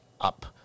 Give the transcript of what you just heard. up